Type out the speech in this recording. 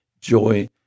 joy